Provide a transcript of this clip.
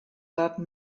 that